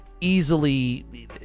easily